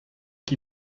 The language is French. qui